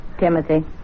Timothy